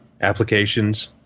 applications